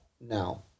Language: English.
Now